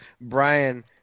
Brian